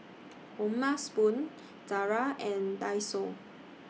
O'ma Spoon Zara and Daiso